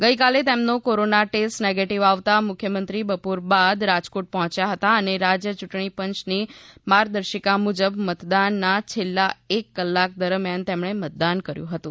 ગઈકાલે તેમનો corona test negative આવતા મુખ્યમંત્રી બપોર બાદ રાજકોટ પહોંચ્યા હતા અને રાજ્ય યૂંટણી પંચની માર્ગદર્શિકા મુજબ મતદાનના છેલ્લા એક કલાક દરમ્યાન તેમણે મતદાન કર્યું હતું